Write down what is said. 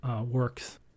works